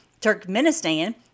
Turkmenistan